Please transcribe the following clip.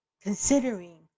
considering